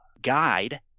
guide